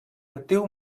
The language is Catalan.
actiu